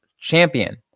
champion